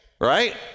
right